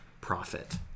profit